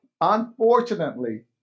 unfortunately